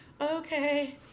okay